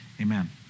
amen